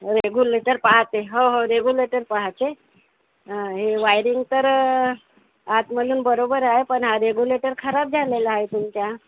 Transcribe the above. regulator पाहते हो हो रेगुलेटर पाहते हे वायरिंग तर आतमधून बरोबर आहे पण हा रेगुलेटर खराब झालेला आहे तुमच्या